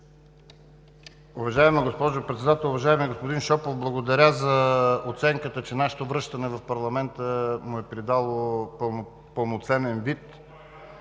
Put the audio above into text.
Уважаема госпожо Председател! Уважаеми господин Шопов, благодаря за оценката, че нашето връщане в парламента му е придало пълноценен вид.